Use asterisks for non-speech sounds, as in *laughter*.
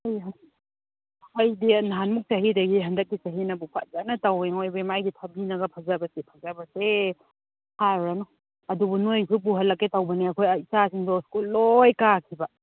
*unintelligible* ꯑꯩꯗꯤ ꯅꯍꯥꯟꯃꯨꯛ ꯆꯍꯤꯗꯒꯤ ꯍꯟꯗꯛꯀꯤ ꯆꯍꯤꯅꯕꯨ ꯐꯖꯅ ꯇꯧꯏꯉꯣ ꯏꯕꯦꯝꯃ ꯑꯩꯒꯤ ꯊꯕꯤꯅꯒ ꯐꯖꯕꯁꯦ ꯐꯖꯕꯁꯦ ꯍꯥꯏꯔꯨꯔꯅꯨ ꯑꯗꯨꯕꯨ ꯅꯣꯏꯁꯨ ꯄꯨꯍꯜꯂꯛꯀꯦ ꯇꯧꯕꯅꯤ ꯑꯩꯈꯣꯏ ꯏꯆꯥꯁꯤꯡꯗꯣ ꯏꯁꯀꯨꯜ ꯂꯣꯏꯅ ꯀꯥꯈꯤꯕ